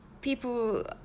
People